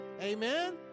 Amen